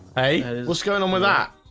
hey what's going on with that?